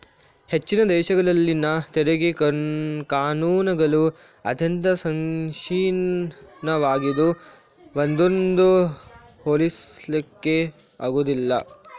ಹೆಚ್ಚಿನ ದೇಶಗಳಲ್ಲಿನ ತೆರಿಗೆ ಕಾನೂನುಗಳು ಅತ್ಯಂತ ಸಂಕೀರ್ಣವಾಗಿದ್ದು ಒಂದನ್ನೊಂದು ಹೋಲಿಸ್ಲಿಕ್ಕೆ ಆಗುದಿಲ್ಲ